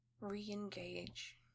re-engage